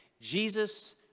Jesus